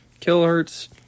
kilohertz